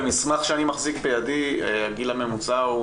במסמך שאני מחזיק בידי הגיל הממוצע,